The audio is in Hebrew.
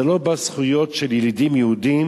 זה לא בא, זכויות של ילידים יהודים